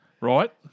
Right